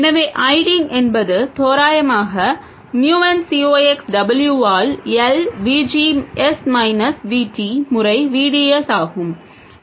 எனவே I D என்பது தோராயமாக mu n C ox W ஆல் L V G S minus V T முறை V D S ஆகும்